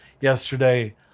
yesterday